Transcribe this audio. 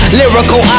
lyrical